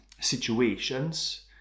situations